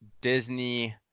Disney